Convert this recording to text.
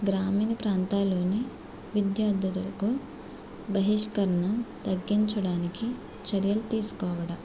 గ్రామీణ ప్రాంతాలలోని విద్యార్థులకు బహిష్కరణ తగ్గించడానికి చర్యలు తీసుకోవడం